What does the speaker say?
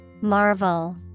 Marvel